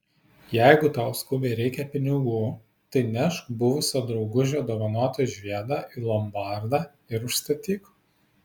jeigu tau skubiai reikia pinigų tai nešk buvusio draugužio dovanotą žiedą į lombardą ir užstatyk